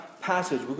passage